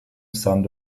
sand